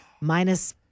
minus